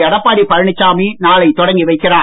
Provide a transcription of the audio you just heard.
எடப்பாடி பழனிசாமி நாளை தொடங்கி வைக்கிறார்